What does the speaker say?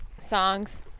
Songs